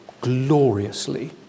gloriously